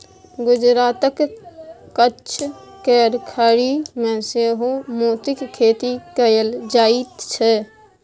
गुजरातक कच्छ केर खाड़ी मे सेहो मोतीक खेती कएल जाइत छै